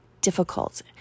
difficult